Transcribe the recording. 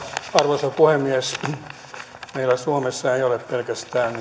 arvoisa puhemies meillä suomessa ei ole pelkästään